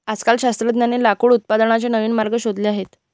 आजकाल शास्त्रज्ञांनी लाकूड उत्पादनाचे नवीन मार्ग शोधले आहेत